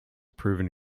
proven